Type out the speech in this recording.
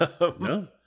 No